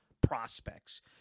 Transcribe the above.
prospects